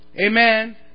Amen